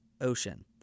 Ocean